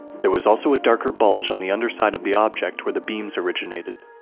there was also a darker bulge on the underside of the objects where the beams originated.